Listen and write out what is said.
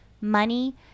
money